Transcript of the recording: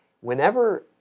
whenever